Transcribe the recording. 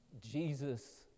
Jesus